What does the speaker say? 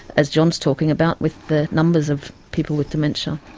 as john is talking about, with the numbers of people with dementia.